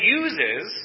uses